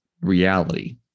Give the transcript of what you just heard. reality